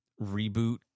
Reboot